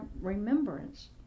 remembrance